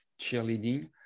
cheerleading